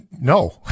no